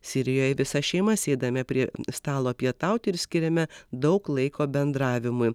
sirijoj visa šeima sėdame prie stalo pietauti ir skiriame daug laiko bendravimui